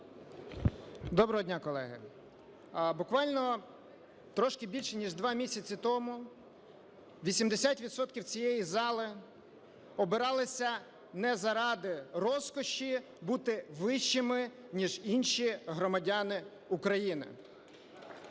Доброго дня, колеги! Буквально трошки більше, ніж два місяці тому, 80 відсотків цієї зали обиралися не заради розкоші бути вищими, ніж інші громадяни України.